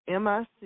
MIC